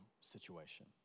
situation